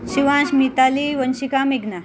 शिवांश मिताली वंशिका मेघना